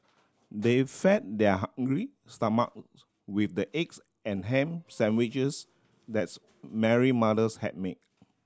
they fed their hungry stomach with the eggs and ham sandwiches that's Mary mothers had made